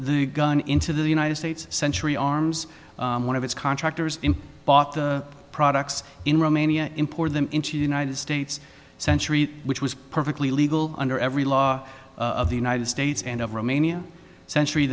the gun into the united states century arms one of its contractors in bought the products in romania import them into united states century which was perfectly legal under every law of the united states and of romania century